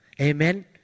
Amen